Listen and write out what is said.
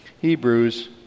Hebrews